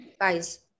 Guys